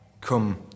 come